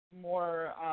more